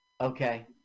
Okay